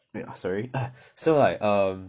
wait ah sorry so like um